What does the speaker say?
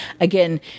Again